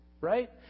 right